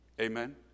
Amen